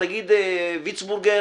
תגידי: וירצבורגר,